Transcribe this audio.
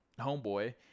Homeboy